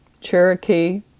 Cherokee